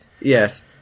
Yes